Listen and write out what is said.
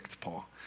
Paul